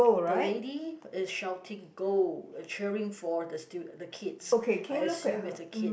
the lady is shouting go and cheering for the stu~ the kids I assume it's the kid